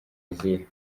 izihe